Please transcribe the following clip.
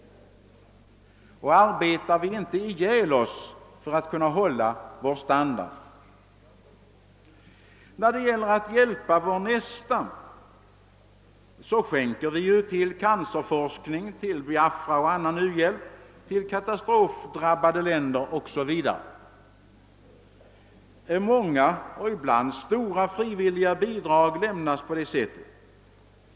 Och arbetar vi inte ihjäl oss för att kunna upprätthålla vår standard? När det gäller att hjälpa vår nästa, så skänker vi ju till cancerforskning, till Biafra och annan u-hjälp, till katastrofdrabbade länder o.s.v. Många och ibland stora frivilliga bidrag lämnas på det sättet.